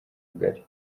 bugari